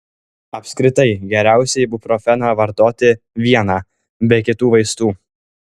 apskritai geriausiai ibuprofeną vartoti vieną be kitų vaistų